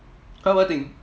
!huh! what thing